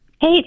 Hey